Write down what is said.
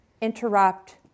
interrupt